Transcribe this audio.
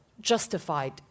justified